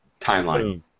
Timeline